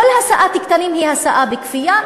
כל השאת קטינים היא השאה בכפייה,